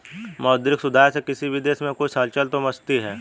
मौद्रिक सुधार से किसी भी देश में कुछ हलचल तो मचती है